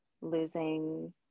losing